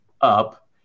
up